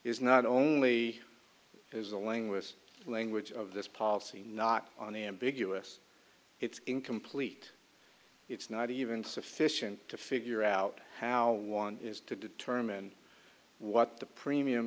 is not only is the linguist language of this policy not on the ambiguous it's incomplete it's not even sufficient to figure out how one is to determine what the premium